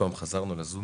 בבסיס